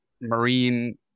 marine